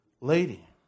lady